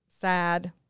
sad